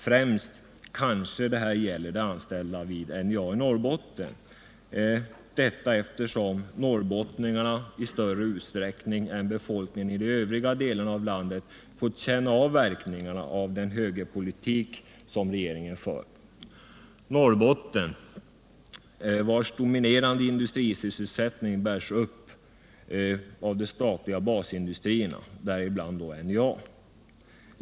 Främst kanske detta gäller de anställda vid NJA i Norrbotten, eftersom norrbottningarna i större utsträckning än befolkningen i de övriga delarna av landet fått känna av verkningarna av den högerpolitik som regeringen för. Norrbotten, länet vars dominerande industrisysselsättning bärs upp av de statliga basindustrierna — däribland NJA.